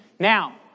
Now